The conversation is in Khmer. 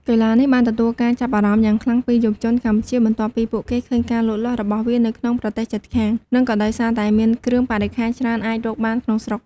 កីឡានេះបានទទួលការចាប់អារម្មណ៍យ៉ាងខ្លាំងពីយុវជនកម្ពុជា បន្ទាប់ពីពួកគេឃើញការលូតលាស់របស់វានៅក្នុងប្រទេសជិតខាង និងក៏ដោយសារតែមានគ្រឿងបរិក្ខារច្រើនអាចរកបានក្នុងស្រុក។